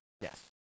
Yes